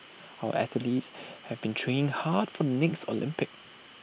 our athletes have been training hard from next Olympics